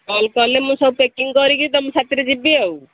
call କଲେ ମୁଁ ସବୁ ପ୍ୟାକିଙ୍ଗ୍ କରିକି ତୁମ ସାଥିରେ ଯିବି ଆଉ